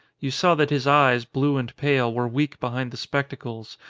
you saw that his eyes, blue and pale, were weak behind the spectacles,